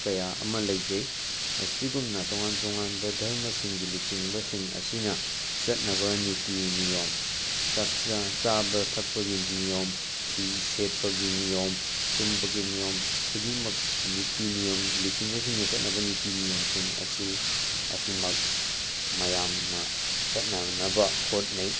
ꯀꯌꯥ ꯑꯃ ꯂꯩꯖꯩ ꯑꯁꯤꯒꯨꯝꯅ ꯇꯣꯉꯥꯟ ꯇꯣꯉꯥꯟꯕ ꯙꯔꯃꯁꯤꯡꯒꯤ ꯂꯨꯆꯤꯡꯕꯁꯤꯡ ꯑꯁꯤꯅ ꯆꯠꯅꯕ ꯅꯤꯇꯤ ꯅꯤꯌꯣꯝ ꯆꯥꯛ ꯆꯥꯕ ꯊꯛꯄꯒꯤ ꯅꯤꯌꯣꯝ ꯐꯤ ꯁꯦꯠꯄꯒꯤ ꯅꯤꯌꯣꯝ ꯇꯝꯕꯒꯤ ꯅꯤꯌꯣꯝ ꯈꯨꯗꯤꯡꯃꯛ ꯅꯤꯇꯤ ꯅꯤꯌꯣꯝ ꯂꯨꯆꯤꯡꯕꯁꯤꯡꯅ ꯆꯠꯅꯕ ꯅꯤꯇꯤ ꯅꯤꯌꯣꯝꯁꯤꯡ ꯑꯁꯤ ꯑꯁꯤꯃꯛ ꯃꯌꯥꯝꯅ ꯆꯠꯅꯥꯅꯕ ꯍꯣꯠꯅꯩ